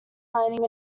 mining